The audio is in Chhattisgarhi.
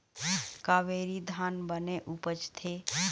कावेरी धान बने उपजथे?